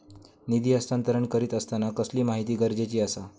निधी हस्तांतरण करीत आसताना कसली माहिती गरजेची आसा?